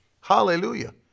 Hallelujah